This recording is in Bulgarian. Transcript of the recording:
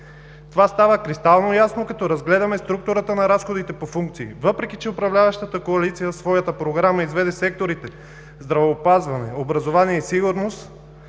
Това става кристално ясно като разгледаме структурата на разходите по функции. Въпреки че управляващата коалиция в своята програма изведе секторите „здравеопазване“, „образование“ и „сигурност“,